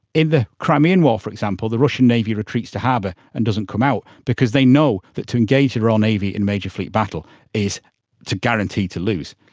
in the crimean war, for example, the russian navy retreats to harbour and doesn't come out because they know that to engage the and royal navy in major fleet battle is to guarantee to lose.